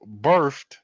birthed